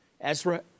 Ezra